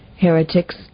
heretics